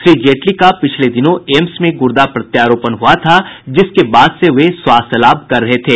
श्री जेटली का पिछले दिनों एम्स में गुर्दा प्रत्यारोपण हुआ था जिसके बाद से वे स्वास्थ्य लाभ कर रहे थे